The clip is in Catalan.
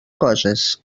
coses